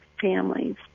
families